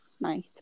night